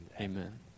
Amen